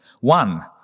One